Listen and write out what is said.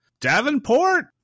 davenport